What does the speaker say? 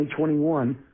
2021